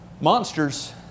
Monsters